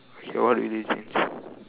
okay what will you change